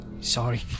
Sorry